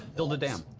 build a dam.